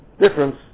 difference